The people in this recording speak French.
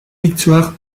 victoire